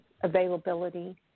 availability